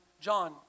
John